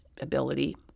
ability